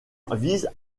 vise